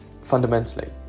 fundamentally